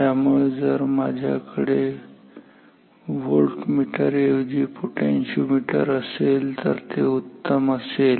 त्यामुळे जर माझ्याकडे व्होल्टमीटर ऐवजी पोटेन्शिओमीटर असेल तर ते उत्तम असेल